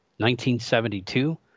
1972